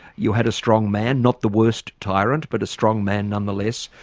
you had a strong man, not the worst tyrant, but a strong man nonetheless,